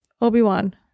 Obi-Wan